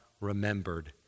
remembered